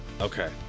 Okay